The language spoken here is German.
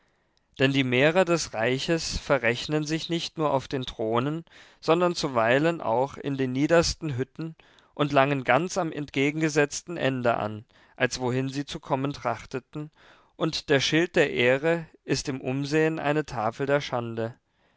denn die mehrer des reiches verrechnen sich nicht nur auf den thronen sondern zuweilen auch in den niedersten hütten und langen ganz am entgegengesetzten ende an als wohin sie zu kommen trachteten und der schild der ehre ist im umsehen eine tafel der schande